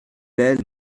belle